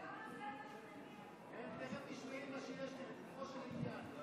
קרעי, אל תמהר, מה יש לך להתנגד להצעת החוק